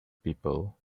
people